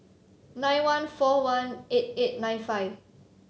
nine one four one eight eight nine five